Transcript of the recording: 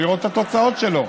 לראות את התוצאות שלו,